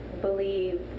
believe